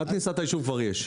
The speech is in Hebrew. עד כניסה לישוב, כבר יש.